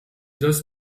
das